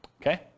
Okay